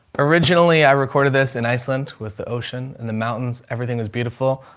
originally i recorded this in iceland with the ocean and the mountains. everything is beautiful.